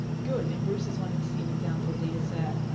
good and bruce is wanting to see an example data set,